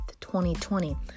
2020